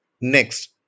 Next